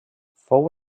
fou